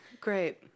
great